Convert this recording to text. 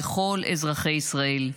לכל אזרחי ישראל.